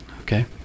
Okay